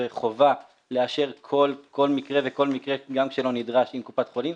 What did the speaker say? וחובה לאשר כל מקרה וכל מקרה גם כשלא נדרש עם קופת החולים,